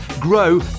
grow